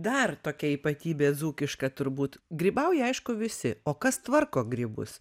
dar tokia ypatybė dzūkiška turbūt grybauja aišku visi o kas tvarko grybus